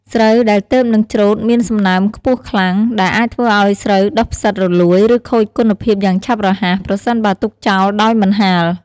ស្រូវដែលទើបនឹងច្រូតមានសំណើមខ្ពស់ខ្លាំង ដែលអាចធ្វើឲ្យស្រូវដុះផ្សិត រលួយ ឬខូចគុណភាពយ៉ាងឆាប់រហ័ស ប្រសិនបើទុកចោលដោយមិនហាល។